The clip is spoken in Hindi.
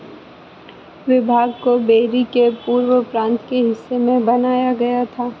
विभाग को बेरी के पूर्व प्रांत के हिस्से में बनाया गया था